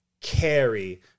carry